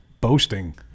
boasting